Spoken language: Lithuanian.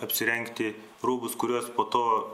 apsirengti rūbus kuriuos po to